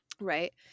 right